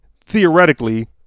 theoretically